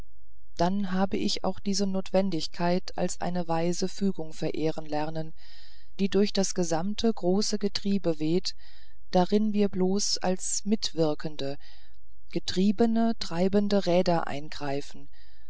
dann hab ich auch diese notwendigkeit als eine weise fügung verehren lernen die durch das gesamte große getrieb weht darin wir bloß als mitwirkende getriebene treibende räder eingreifen